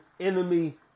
enemy